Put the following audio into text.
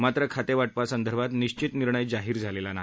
मात्र खातेवाटपासंदर्भात निशित निर्णय जाहीर झालेला नाही